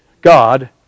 God